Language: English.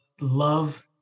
love